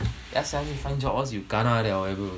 as and when need find job or else you kena liao bro